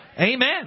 amen